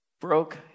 broke